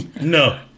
No